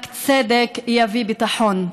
רק צדק יביא ביטחון,